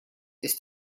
ist